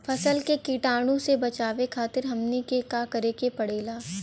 फसल के कीटाणु से बचावे खातिर हमनी के का करे के पड़ेला?